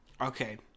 Okay